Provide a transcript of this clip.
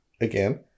again